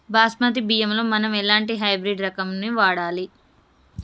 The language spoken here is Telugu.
బాస్మతి బియ్యంలో మనం ఎలాంటి హైబ్రిడ్ రకం ని వాడాలి?